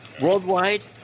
Worldwide